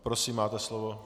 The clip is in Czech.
Prosím, máte slovo.